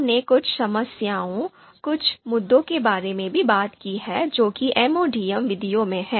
हमने कुछ समस्याओं कुछ मुद्दों के बारे में भी बात की है जो कि MODM विधियों में हैं